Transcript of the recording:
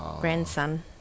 grandson